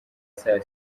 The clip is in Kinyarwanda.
saa